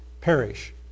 perish